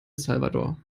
salvador